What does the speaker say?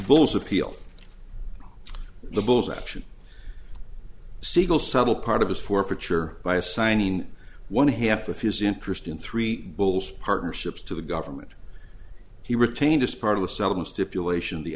bulls appeal the bulls action siegel subtle part of his forfeiture by assigning one half of his interest in three bulls partnerships to the government he retained as part of the settlement stipulation the